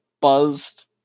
buzzed